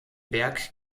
berg